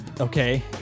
okay